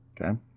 Okay